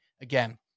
Again